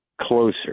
closer